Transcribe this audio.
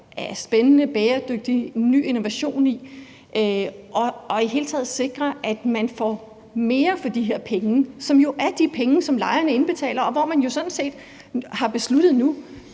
der er spændende, bæredygtige og innovative, og i det hele taget at sikre, at man får mere for de her penge, som jo er penge, som lejerne indbetaler. Nu har man jo sådan set besluttet,